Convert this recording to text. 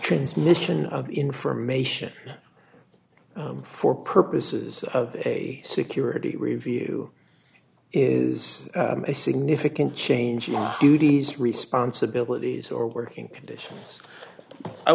transmission of information for purposes of a security review is a significant change in our duties responsibilities or working conditions i